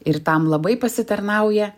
ir tam labai pasitarnauja